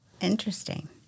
Interesting